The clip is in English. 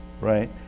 right